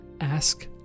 Ask